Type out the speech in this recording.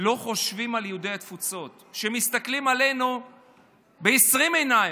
לא חושבים על יהודי התפוצות שמסתכלים עלינו ב-20 עיניים,